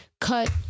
cut